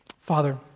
Father